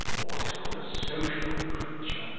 or what is called a social creature,